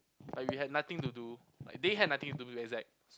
like we had nothing to do they had nothing to do to be exact